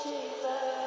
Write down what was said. Jesus